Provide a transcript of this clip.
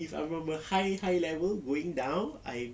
if I were my high high level going down I'm